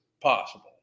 possible